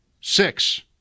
Six